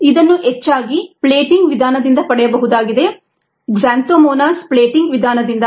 ಇದನ್ನು ಹೆಚ್ಚಾಗಿ ಪ್ಲೇಟಿಂಗ್ ವಿಧಾನದಿಂದ ಪಡೆಯಬಹುದಾಗಿದೆ ಕ್ಸಾಂಥೋಮೊನಾಸ್ ಪ್ಲೇಟಿಂಗ್ ವಿಧಾನದಿಂದ